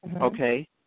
Okay